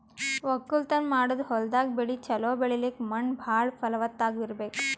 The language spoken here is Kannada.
ವಕ್ಕಲತನ್ ಮಾಡದ್ ಹೊಲ್ದಾಗ ಬೆಳಿ ಛಲೋ ಬೆಳಿಲಕ್ಕ್ ಮಣ್ಣ್ ಭಾಳ್ ಫಲವತ್ತಾಗ್ ಇರ್ಬೆಕ್